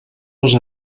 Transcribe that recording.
les